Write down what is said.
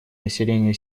население